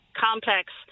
complex